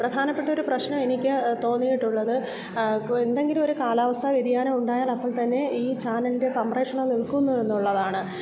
പ്രധാനപ്പെട്ടൊരു പ്രശ്നം എനിക്ക് തോന്നിയിട്ടുള്ളത് എന്തെങ്കിലുമൊരു കാലാവസ്ഥാ വ്യതിയാനം ഉണ്ടായാൽ അപ്പോൾ തന്നെ ഈ ചാനൽൻ്റെ സംപ്രേക്ഷണം നിൽക്കുന്നു എന്നുള്ളതാണ്